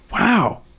Wow